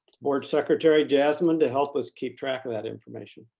board secretary jasmine to help us keep track of that information.